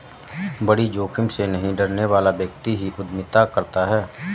बड़ी जोखिम से नहीं डरने वाला व्यक्ति ही उद्यमिता करता है